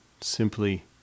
simply